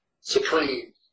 supreme